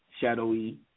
Shadowy